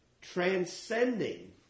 Transcending